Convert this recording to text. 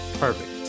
perfect